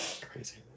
Crazy